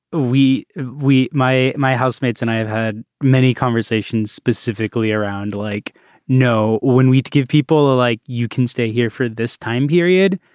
we we my my housemates and i have had many conversations specifically around like no. when we give people the like you can stay here for this time period.